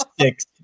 six